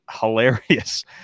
hilarious